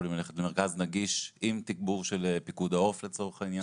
למרכז נגיד עם תגבור של פיקוד העורף לצורך העניין?